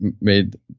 made